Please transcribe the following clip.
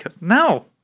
No